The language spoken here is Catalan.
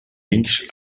ells